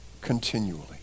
continually